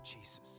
Jesus